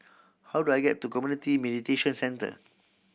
how do I get to Community Mediation Centre